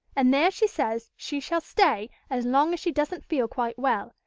and there she says she shall stay as long as she doesn't feel quite well,